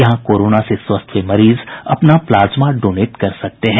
यहां कोरोना से स्वस्थ हुये मरीज अपना प्लाज्मा डोनेट कर सकते हैं